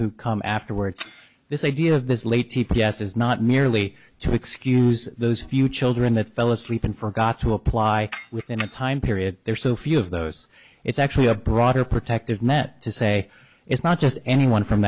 who come afterwards this idea of this lady p s is not merely to excuse those few children that fell asleep and forgot to apply within the time period there are so few of those it's actually a broader protective met to say it's not just anyone from